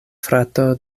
frato